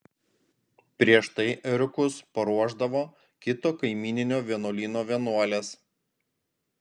prieš tai ėriukus paruošdavo kito kaimyninio vienuolyno vienuolės